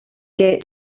get